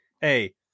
hey